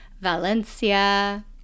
Valencia